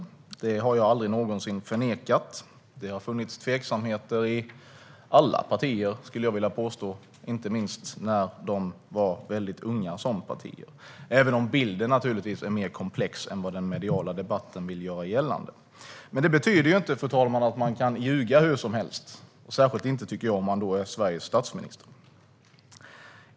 Det har jag aldrig någonsin förnekat. Jag skulle vilja påstå att det har funnits tveksamheter i alla partier, inte minst när de var mycket unga som partier, även om bilden naturligtvis är mer komplex än vad den mediala debatten vill göra gällande. Men det betyder inte, fru talman, att man kan ljuga hur som helst, särskilt inte om man är Sveriges statsminister.